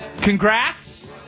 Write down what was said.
Congrats